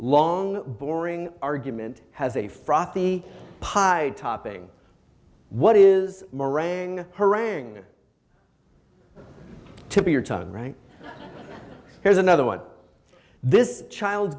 long boring argument has a frothy pied topping what is marang harang to be your time right here's another one this child's